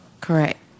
Correct